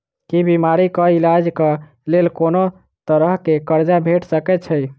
की बीमारी कऽ इलाज कऽ लेल कोनो तरह कऽ कर्जा भेट सकय छई?